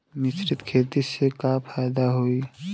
मिश्रित खेती से का फायदा होई?